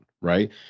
right